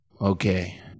Okay